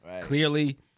Clearly